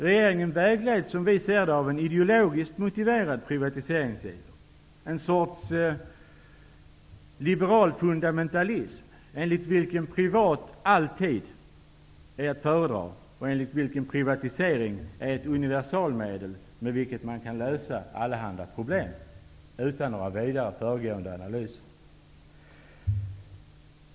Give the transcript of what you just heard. Regeringen vägleds, som vi ser det, av en ideologiskt motiverad privatiseringsiver, en sorts liberal fundamentalism, enligt vilken den privata formen alltid är att föredra och enligt vilken privatisering är ett universalmedel för att lösa allehanda problem, utan några större föregående analyser.